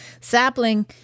Sapling